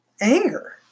Anger